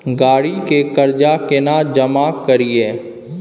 गाड़ी के कर्जा केना जमा करिए?